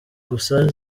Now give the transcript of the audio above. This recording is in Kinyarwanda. gusa